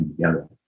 together